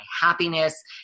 happiness